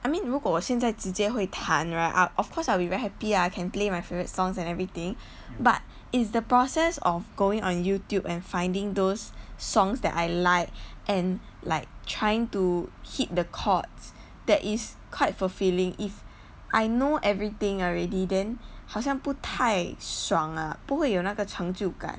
I mean 如果我现在直接会弹 right ah of course I'll be very happy ah I can play my favourite songs and everything but it's the process of going on youtube and finding those songs that I like and like trying to hit the chords that is quite fulfilling if I know everything already then 好像不太爽啊不会有那个成就感